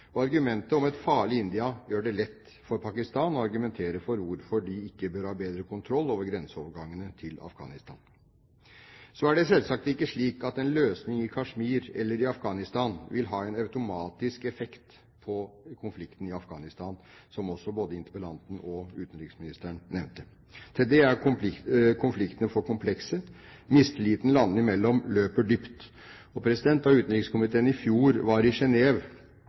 Argumentet om et farlig India gjør det lett for Pakistan å argumentere for hvorfor de ikke bør ha bedre kontroll over grenseovergangene til Afghanistan. Det er selvsagt ikke slik at en løsning i Kashmir eller i Afghanistan vil ha en automatisk effekt på konflikten i Afghanistan, noe også både interpellanten og utenriksministeren nevnte. Til det er konfliktene for komplekse. Mistilliten landene imellom stikker dypt. Da utenrikskomiteen i fjor var i